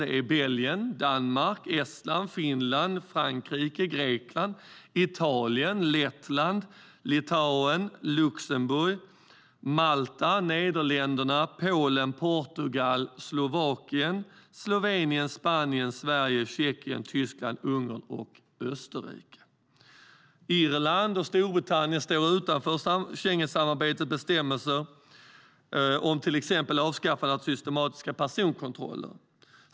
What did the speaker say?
Det är Belgien, Danmark, Estland, Finland, Frankrike, Grekland, Italien, Lettland, Litauen, Luxemburg, Malta, Nederländerna, Polen, Portugal, Slovakien, Slovenien, Spanien, Sverige, Tjeckien, Tyskland, Ungern och Österrike. Irland och Storbritannien står utanför Schengensamarbetets bestämmelser om till exempel avskaffandet av systematiska personkontroller.